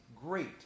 great